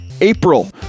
April